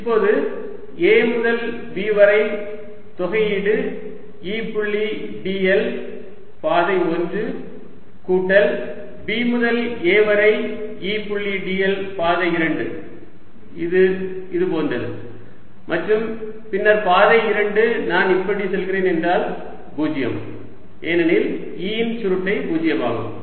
இப்போது A முதல் B வரை தொகையீடு E புள்ளி dl பாதை 1 கூட்டல் B முதல் A வரை E புள்ளி dl பாதை 2 இது போன்றது மற்றும் பின்னர் பாதை 2 நான் இப்படி செல்கிறேன் என்றால் 0 ஏனெனில் E இன் சுருட்டை 0 ஆகும்